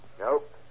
Nope